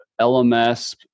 LMS